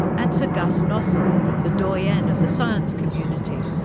and sir gus nossal, the doyenne of the science community,